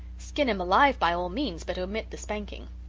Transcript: skin him alive by all means but omit the spanking.